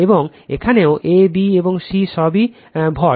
এবং এখানেও a b এবং c সবই ভর